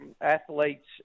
athletes